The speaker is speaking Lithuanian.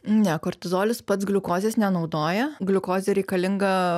ne kortizolis pats gliukozės nenaudoja gliukozė reikalinga